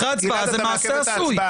אחרי הצבעה זה מעשה עשוי.